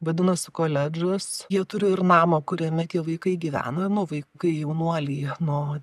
vadinasi koledžas jie turi ir namą kuriame tie vaikai gyvena nu vaikai jaunuoliai nuo